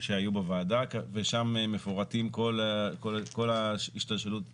שהיו בוועדה ושם מפורטת כל השתלשלות האירועים,